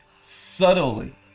subtly